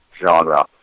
genre